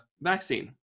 vaccine